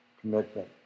commitment